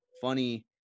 funny